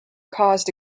caused